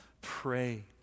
pray